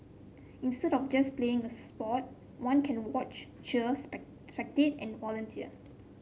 instead of just playing a sport one can watch cheer spec spectate and volunteer